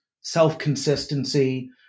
self-consistency